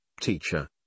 Teacher